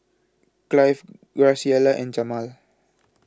Clive Graciela and Jamaal